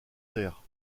terre